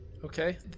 Okay